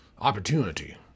opportunity